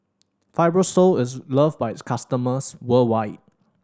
fibrosol is loved by its customers worldwide